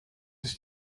ist